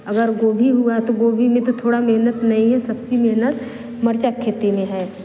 अगर गोभी हुआ तो गोभी में तो थोड़ा मेहनत नहीं है सबसे मेहनत मिर्चा के खेती में है